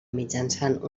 mitjançant